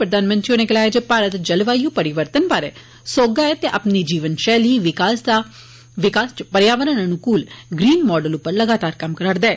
प्रधानमंत्री होरें गलाया जे भारत जलवायु परिवर्तन बारे सौह्गा ऐ ते अपनी जीवन शैली विकास इक पर्यावरण अनुकूल ग्रीन मॉडल उप्पर लगातार कम्म करा'रदा ऐ